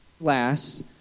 last